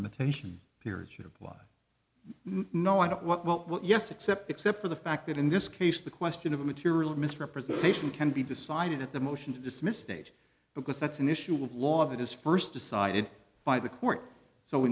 limitation period should apply no i don't what what what yes except except for the fact that in this case the question of material misrepresentation can be decided at the motion to dismiss stage because that's an issue of law that is first decided by the court so